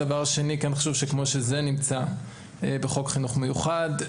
דבר שני: חשוב שכמו שזה נמצא בחוק חינוך מיוחד,